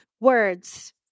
words